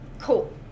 cool